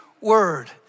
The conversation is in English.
word